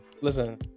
Listen